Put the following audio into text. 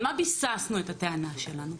על מה ביססנו את הטענה שלנו?